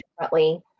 differently